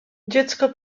dziecko